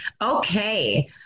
Okay